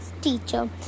teacher